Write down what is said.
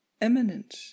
eminent